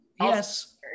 Yes